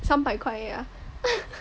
三百块而已 ah